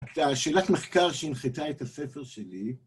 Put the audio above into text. את השאלת מחקר שהנחתה את הספר שלי